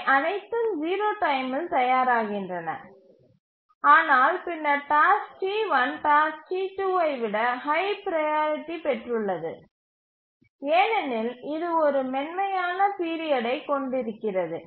அவை அனைத்தும் 0 டைமில் தயாராகின்றன ஆனால் பின்னர் டாஸ்க் T1 டாஸ்க் T2ஐ விட ஹை ப்ரையாரிட்டி பெற்றுள்ளது ஏனெனில் இது ஒரு மென்மையான பீரியடை கொண்டிருக்கிறது